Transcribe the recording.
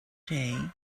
day